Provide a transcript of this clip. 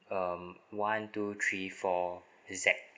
um one two three four Z